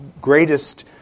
greatest